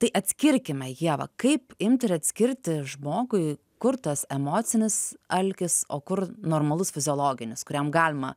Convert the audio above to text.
tai atskirkime ieva kaip imt ir atskirti žmogui kur tas emocinis alkis o kur normalus fiziologinis kuriam galima